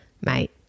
mate